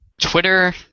Twitter